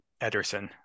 Ederson